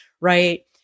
right